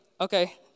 okay